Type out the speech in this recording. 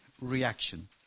reaction